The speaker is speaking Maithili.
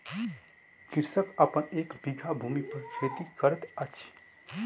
कृषक अपन एक बीघा भूमि पर खेती करैत अछि